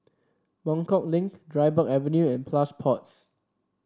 Buangkok Link Dryburgh Avenue and Plush Pods